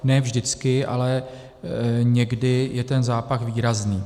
Ne vždycky, ale někdy je ten zápach výrazný.